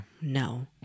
No